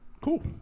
Cool